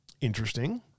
Interesting